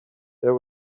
there